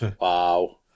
Wow